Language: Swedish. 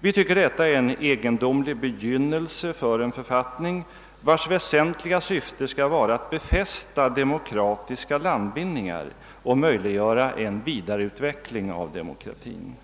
Vi tycker detta är en egendomlig begynnelse för en författning vars väsentliga syfte skall vara att befästa demokratiska landvinningar och möjliggöra en vidareutveckling av demokratin.